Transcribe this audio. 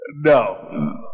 No